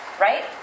right